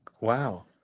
wow